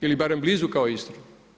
Ili barem blizu kao Istra.